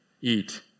eat